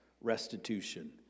restitution